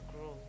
grow